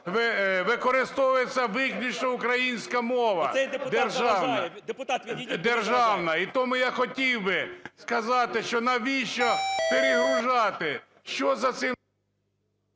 використовується виключно українська мова, державна. (Шум у залі) І тому я хотів би сказати, що навіщо перегружати, що за цим…